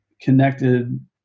connected